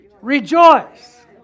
rejoice